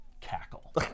cackle